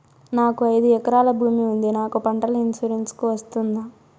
నాకు ఐదు ఎకరాల భూమి ఉంది నాకు పంటల ఇన్సూరెన్సుకు వస్తుందా?